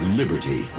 liberty